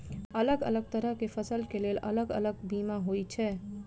अलग अलग तरह केँ फसल केँ लेल अलग अलग बीमा होइ छै?